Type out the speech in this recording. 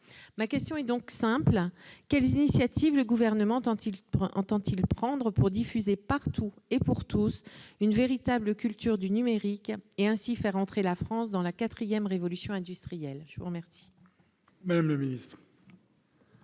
Ma question est donc simple : quelles initiatives le Gouvernement entend-il prendre pour diffuser partout et pour tous une véritable culture du numérique, et ainsi faire entrer la France dans la quatrième révolution industrielle ? La parole est à Mme la ministre.